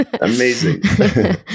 Amazing